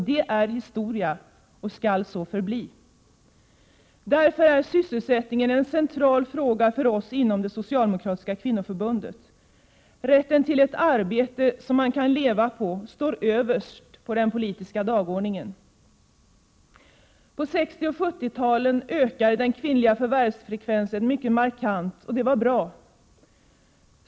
Det är historia och skall just så förbli. Därför är sysselsättningen en central fråga för oss inom det socialdemokratiska kvinnoförbundet. Rätten till arbete som man kan leva på står överst på den politiska dagordningen. På 1960 och 1970-talen ökade den kvinnliga förvärvsfrekvensen mycket markant. Det var bra.